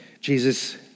Jesus